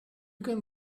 can